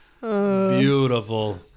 Beautiful